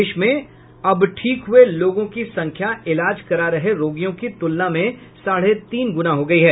देश में अब ठीक हुए लोगों की संख्या इलाज करा रहे रोगियों की तुलना में साढ़े तीन गुना हो गयी है